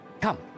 Come